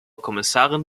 kommissarin